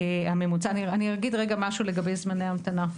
אני אגיד רגע משהו לגבי זמני המתנה: